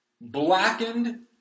blackened